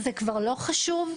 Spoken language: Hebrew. זה כבר לא חשוב?